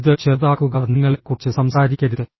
ഇത് ചെറുതാക്കുക നിങ്ങളെക്കുറിച്ച് സംസാരിക്കരുത്